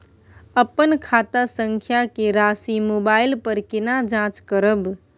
अपन खाता संख्या के राशि मोबाइल पर केना जाँच करब?